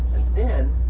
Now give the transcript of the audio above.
then